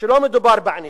שלא מדובר בענישה,